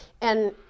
And-